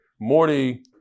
Morty